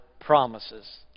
promises